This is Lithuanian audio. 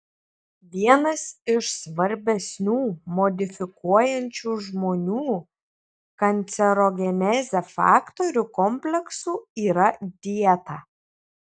vienas iš svarbesnių modifikuojančių žmonių kancerogenezę faktorių kompleksų yra dieta